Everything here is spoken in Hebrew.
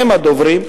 הם הדוברים.